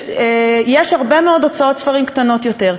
יש הרבה מאוד הוצאות ספרים קטנות יותר,